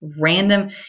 random